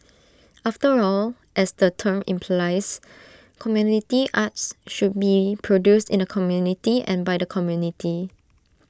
after all as the term implies community arts should be produced in the community and by the community